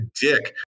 dick